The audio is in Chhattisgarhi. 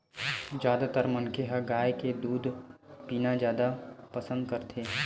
जादातर मनखे ह गाय के दूद पीना जादा पसंद करथे